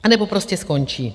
A, anebo prostě skončí.